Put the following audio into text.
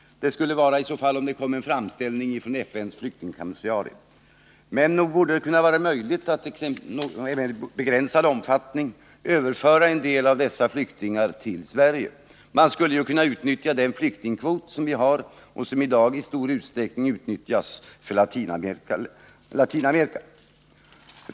Det skulle kunna ske om det kom en framställning från FN:s flyktingkommissarie. Men nog borde det väl kunna vara möjligt att i begränsad omfattning överföra en del av dessa flyktingar till Sverige. Man skulle ju kunna utnyttja den flyktingkvot som vi har och som i dag i stor utsträckning utnyttjas för Latinamerika.